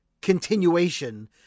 continuation